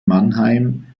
mannheim